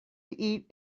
eat